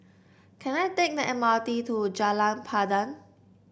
can I take the M R T to Jalan Pandan